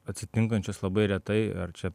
atsitinkančios labai retai ar čia